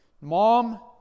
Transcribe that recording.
Mom